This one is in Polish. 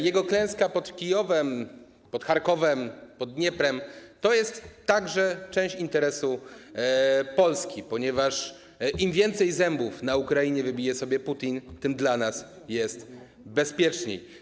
Jego klęska pod Kijowem, pod Charkowem, pod Dnieprem to jest także część interesu Polski, ponieważ im więcej zębów na Ukrainie wybije sobie Putin, tym dla nas jest bezpieczniej.